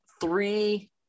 three